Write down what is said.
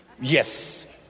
Yes